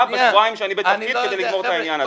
בשבועיים שאני בתפקיד כדי לגמור את העניין הזה.